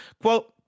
quote